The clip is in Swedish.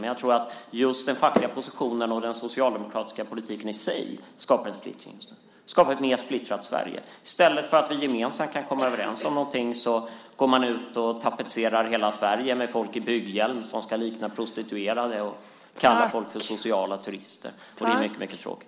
Men jag tror att just den fackliga positionen och den socialdemokratiska politiken i sig skapar ett mer splittrat Sverige. I stället för att vi gemensamt kan komma överens om någonting går man ut och tapetserar hela Sverige med affischer med människor i bygghjälm som ska likna prostituerade, och man kallar folk för sociala turister. Det är mycket tråkigt.